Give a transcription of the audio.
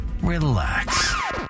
relax